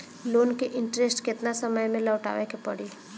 Loan के interest केतना समय में लौटावे के पड़ी?